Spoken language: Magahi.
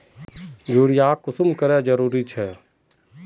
यूरिया कुंसम करे जरूरी छै?